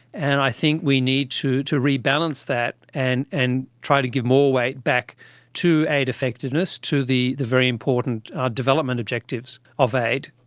and i think we need to to rebalance that and and try to give more weight back to aid effectiveness, to the the very important development objectives of aid.